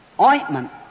ointment